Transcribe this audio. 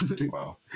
wow